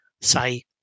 say